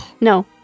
No